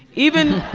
even.